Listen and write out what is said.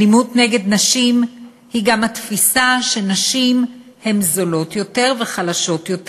אלימות נגד נשים היא גם התפיסה שנשים הן זולות יותר וחלשות יותר,